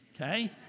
okay